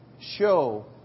show